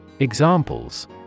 Examples